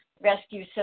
rescue